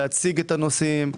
להציג את הנושאים,